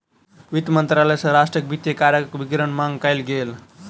वित्त मंत्रालय सॅ राष्ट्रक वित्तीय कार्यक विवरणक मांग कयल गेल